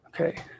Okay